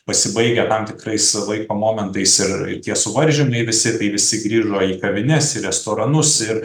pasibaigę tam tikrais laiko momentais ir tie suvaržymai visi tai visi grįžo į kavines į restoranus ir